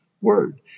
word